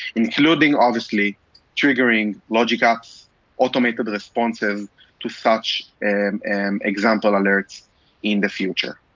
including obviously triggering logic ah app's automated responses to such and an example alerts in the future.